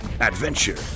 adventure